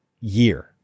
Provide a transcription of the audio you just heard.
year